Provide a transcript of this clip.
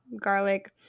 garlic